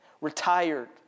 retired